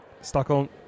Stockholm